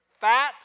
fat